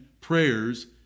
prayers